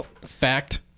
fact